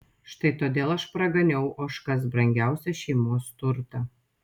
štai todėl aš praganiau ožkas brangiausią šeimos turtą